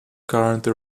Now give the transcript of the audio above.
currently